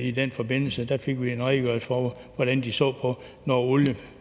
I den forbindelse fik vi en redegørelse for, hvordan de så på situationen,